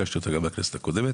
הגשתי אותה גם בכנסת הקודמת